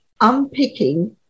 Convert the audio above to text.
unpicking